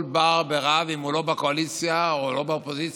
כל בר בי רב, אם הוא בקואליציה או באופוזיציה,